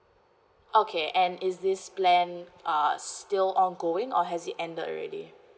okay and is this plan uh still ongoing or has it ended already